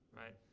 right